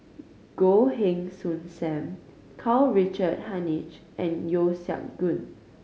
Goh Heng Soon Sam Karl Richard Hanitsch and Yeo Siak Goon